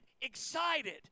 excited